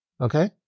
Okay